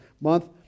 month